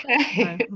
Okay